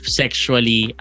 sexually